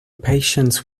patients